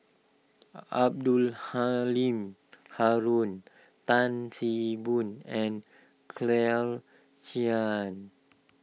Abdul Halim Haron Tan See Boo and Claire Chiang